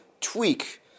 tweak